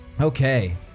okay